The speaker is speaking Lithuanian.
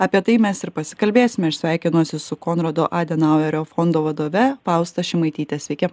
apie tai mes ir pasikalbėsime aš sveikinuosi su konrado adenauerio fondo vadove fausta šimaitytė sveiki